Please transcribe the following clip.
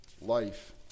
life